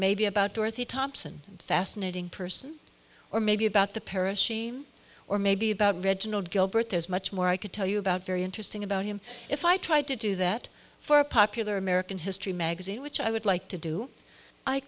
maybe about dorothy thompson fascinating person or maybe about the parish or maybe about reginald gilbert there's much more i could tell you about very interesting about him if i tried to do that for a popular american history magazine which i would like to do i